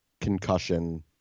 concussion